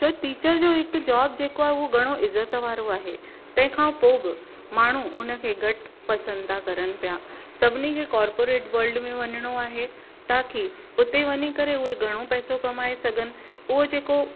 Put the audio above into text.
छो टीचर जो हिकु जॉब जेको आ उहो घणो इज़त वारो आहे तंहिंखां पोइ बि माण्हू उन खे घटि पसंदि त करणु पिया सभिनी खे कॉर्पोरेट वर्ल्ड में वञिणो आहे ताकी उते वञी करे उहे घणो पैसो कमाए सघनि उहे जेको